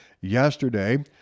yesterday